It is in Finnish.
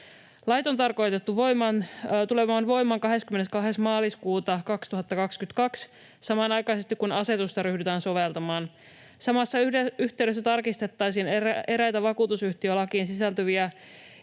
Lait on tarkoitettu tulemaan voimaan 22. maaliskuuta 2022, samanaikaisesti kun asetusta ryhdytään soveltamaan. Samassa yhteydessä tarkistettaisiin eräitä vakuutusyhtiölakiin sisältyviä